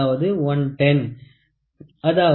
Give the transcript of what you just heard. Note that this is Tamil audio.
அதாவது 110X1100000 0